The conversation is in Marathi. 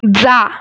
जा